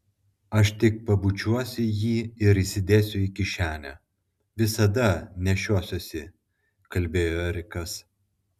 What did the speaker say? aš tik pabučiuosiu jį ir įsidėsiu į kišenę visada nešiosiuosi kalbėjo erikas